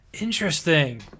Interesting